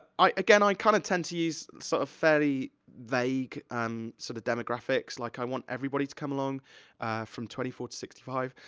i, again, i kinda kind of tend to use sort of fairly vague um sort of demographics, like i want everybody to come along from twenty four to sixty five.